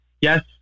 Yes